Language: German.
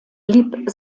blieb